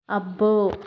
అబ్బో